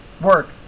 Work